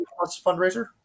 fundraiser